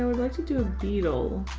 i would like to do a beetle.